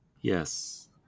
Yes